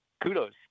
kudos